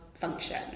function